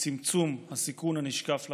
וצמצום הסיכון הנשקף לקורבן,